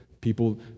People